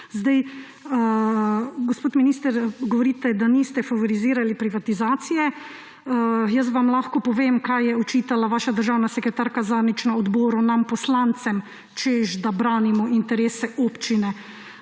branju. Gospod minister, govorite, da niste favorizirali privatizacije, jaz vam lahko povem, kaj je očitala vaša državna sekretarka zadnjič na odboru nam poslancem, češ da branimo interese občine